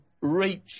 reach